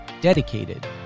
dedicated